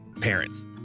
Parents